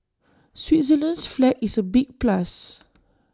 Switzerland's flag is A big plus